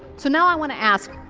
so now i want to ask,